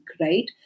right